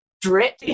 drip